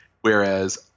Whereas